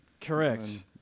Correct